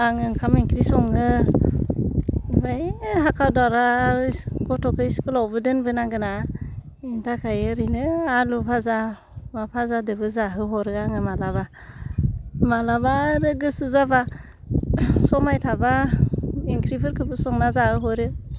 आङो ओंखाम ओंख्रि सङो ओमफ्राय है हाखा दावरा गथ'खौ इस्कुलावबो दोनबोनांगोना बिनि थाखाय ओरैनो आलु फाजा मा फाजादोबो जाहोहरो आङो मालाबा मालाबा आरो गोसो जाबा समाय थाबा ओंख्रिफोरखौबो संना जाहोहरो